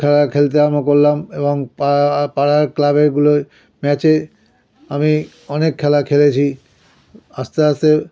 খেলা খেলতে আরম্ভ করলাম এবং পাড়ার ক্লাবগুলোয় ম্যাচে আমি অনেক খেলা খেলেছি আস্তে আস্তে